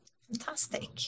Fantastic